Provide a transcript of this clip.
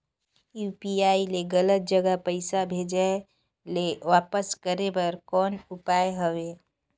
UPI ले गलत जगह पईसा भेजाय ल वापस करे बर कौन उपाय हवय?